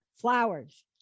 flowers